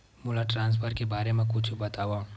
मोला ट्रान्सफर के बारे मा कुछु बतावव?